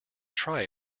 try